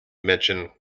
mention